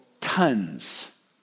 tons